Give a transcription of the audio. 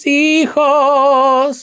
hijos